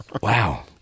Wow